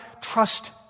trust